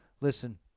listen